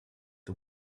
the